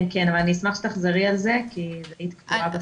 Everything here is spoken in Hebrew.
כן, אבל אשמח שתחזרי על זה כי היית קטועה בסוף.